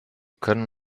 können